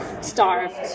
starved